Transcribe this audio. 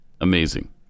amazing